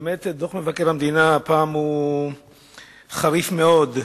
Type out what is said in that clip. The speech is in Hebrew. הפעם דוח מבקר המדינה חריף מאוד.